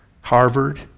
Harvard